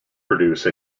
produce